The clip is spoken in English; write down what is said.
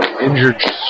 injured